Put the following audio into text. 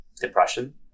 depression